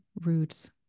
roots